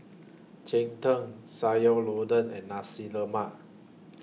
Cheng Tng Sayur Lodeh and Nasi Lemak